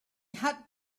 had